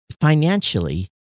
financially